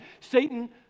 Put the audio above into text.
Satan